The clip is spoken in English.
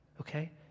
okay